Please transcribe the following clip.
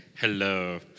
Hello